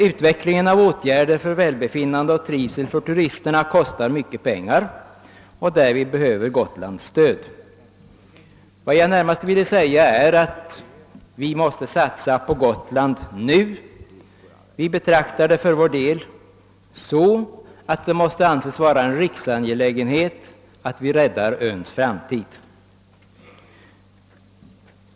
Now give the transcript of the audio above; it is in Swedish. Men åtgärder för välbefinnande och trivsel för turisterna kostar mycket pengar, och därvid behöver Gotland stöd. Vad jag främst vill säga är att vi måste satsa på Gotland nu. Vi betraktar det så att det måste anses vara en riksangelägenhet att vi räddar öns framtid.